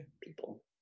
people